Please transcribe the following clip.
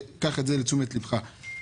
קח את זה לתשומת לבך.